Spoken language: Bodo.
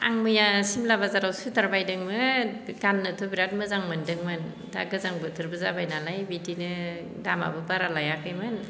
आं मैया सिमला बाजाराव सुइटार बायदोंमोन गाननोथ' बिराद मोजां मोन्दोंमोन दा गोजां बोथोरबो जाबाय नालाय बिदिनो दामआबो बारा लायाखैमोन